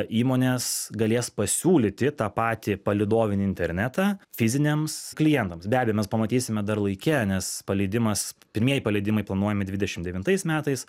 įmonės galės pasiūlyti tą patį palydovinį internetą fiziniams klientams be abejo mes pamatysime dar laike nes paleidimas pirmieji paleidimai planuojami dvidešimt devintais metais